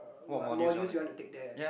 uh what modules you wanna take there